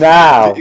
now